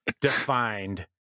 defined